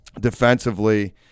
defensively